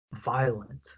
violent